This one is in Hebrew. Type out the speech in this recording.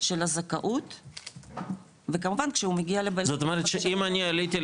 של הזכאות וכמובן כשהוא מגיע --- זאת אומרת שאם אני עליתי,